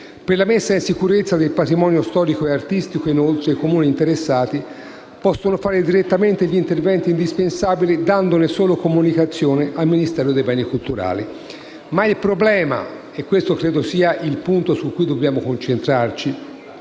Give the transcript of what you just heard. Per la messa in sicurezza del patrimonio storico e artistico, inoltre, i Comuni interessati possono fare direttamente gli interventi indispensabili, dandone comunicazione al Ministero dei beni culturali. Ma il problema - credo questo sia il punto su cui concentrarci